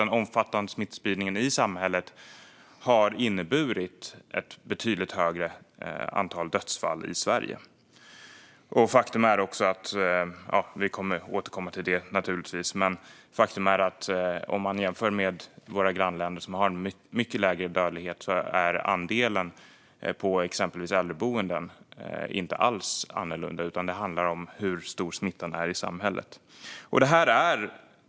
Den omfattande smittspridningen har i stället inneburit ett betydligt högre antal dödsfall i Sverige. Vi kommer att återkomma till det, men faktum är att om man jämför med våra grannländer som har en mycket lägre dödlighet är andelen döda på exempelvis äldreboenden inte alls annorlunda, utan det handlar om hur stor smittan är i samhället.